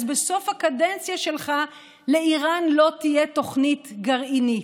אז בסוף הקדנציה שלך לאיראן לא תהיה תוכנית גרעינית.